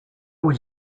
would